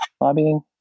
lobbying